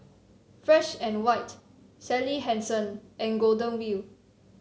Fresh And White Sally Hansen and Golden Wheel